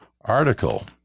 article